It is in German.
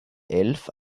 elf